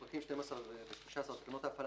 פרקים 12 ו-13 בתקנות ההפעלה